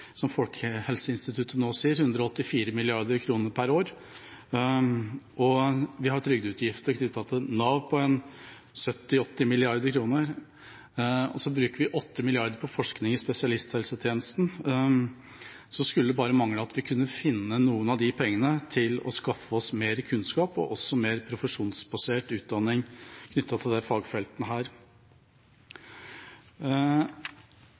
som Folkehelseinstituttet nå sier, 184 mrd. kr per år, og vi har trygdeutgifter knyttet til Nav på 70–80 mrd. kr, og vi bruker 8 mrd. kr på forskning i spesialisthelsetjenesten, så skulle det bare mangle at vi ikke kunne finne noen av de pengene til å skaffe oss mer kunnskap og også mer profesjonsbasert utdanning knyttet til disse fagfeltene.